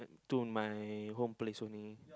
to my home place only